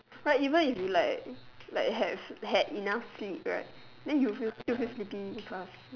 like even if you like like have had enough sleep right than you will still feel sleepy in class